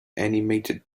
animated